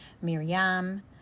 Miriam